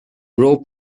rope